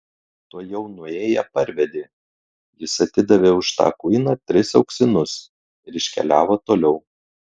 tuojau nuėję parvedė jis atidavė už tą kuiną tris auksinus ir iškeliavo toliau